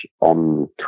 on